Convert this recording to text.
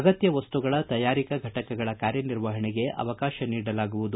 ಅಗತ್ಯ ವಸ್ತುಗಳ ತಯಾರಿಕಾ ಫಟಕಗಳ ಕಾರ್ಯನಿರ್ವಹಣೆಗೆ ಅವಕಾಶ ನೀಡಲಾಗುವುದು